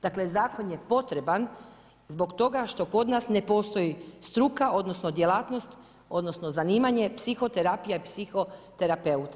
Dakle, zakon je potreban zbog toga što kod nas ne postoji struka odnosno djelatnost odnosno zanimanje psihoterapija i psihoterapeut.